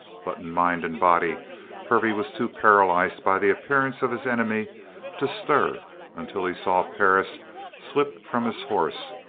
but in mind and body hervey was too paralyzed by the appearance of his enemy to stir until he saw perris slip from his horse,